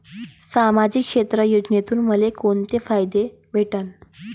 सामाजिक क्षेत्र योजनेतून मले कोंते फायदे भेटन?